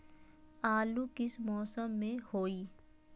आलू किस मौसम में होई?